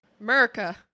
America